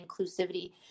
inclusivity